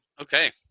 okay